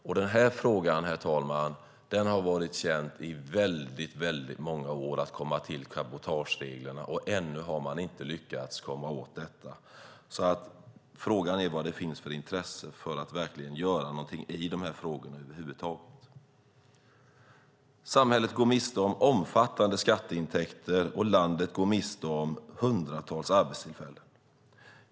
Problemet med cabotagereglerna har varit känt i många år, men ännu har man inte lyckats komma åt det. Frågan är om det finns något verkligt intresse att göra något åt detta över huvud taget. Samhället går miste om omfattande skatteintäkter, och landet går miste om hundratals arbetstillfällen.